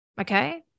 okay